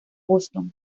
boston